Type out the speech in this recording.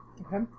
Okay